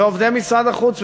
ועובדי משרד החוץ,